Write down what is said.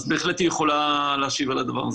אז היא בהחלט יכולה להשיב על הדבר הזה.